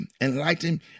enlighten